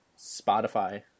Spotify